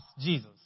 Jesus